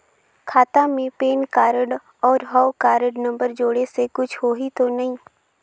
खाता मे PAN card और हव कारड नंबर जोड़े से कुछ होही तो नइ?